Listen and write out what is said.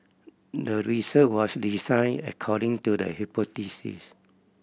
the research was designed according to the hypothesis